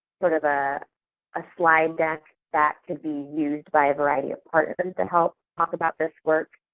sort of ah a slide deck that could be used by a variety of partners and to help talk about this work.